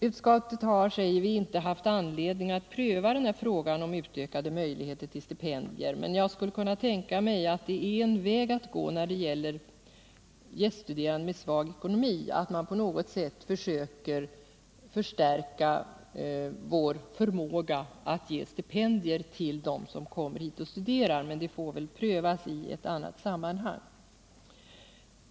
Utskottet har inte haft anledning att pröva frågan om utökade möjligheter till stipendier, men jag skulle kunna tänka mig att en väg att gå när det gäller gäststuderande med svag ekonomi är att vi på något sätt försöker förstärka vår förmåga att ge stipendier till dem som kommer hit och studerar, men det får väl prövas i annat sammanhang.